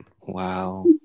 wow